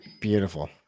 beautiful